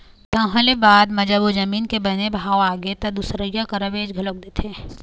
तहाँ ले बाद म जब ओ जमीन के बने भाव आगे त दुसरइया करा बेच घलोक देथे